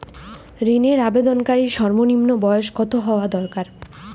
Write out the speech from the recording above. ঋণের আবেদনকারী সর্বনিন্ম বয়স কতো হওয়া দরকার?